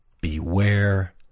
Beware